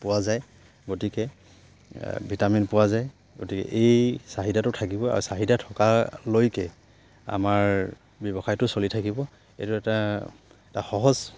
পোৱা যায় গতিকে ভিটামিন পোৱা যায় গতিকে এই চাহিদাটো থাকিব আৰু চাহিদা থকালৈকে আমাৰ ব্যৱসায়টো চলি থাকিব এইটো এটা এটা সহজ